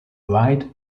white